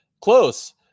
Close